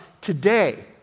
today